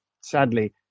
sadly